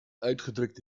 uitgedrukt